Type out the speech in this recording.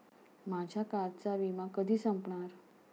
माझ्या कारचा विमा कधी संपणार